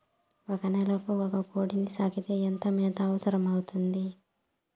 ఒక నెలకు ఒక కోడిని సాకేకి ఎంత మేత అవసరమవుతుంది?